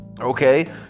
okay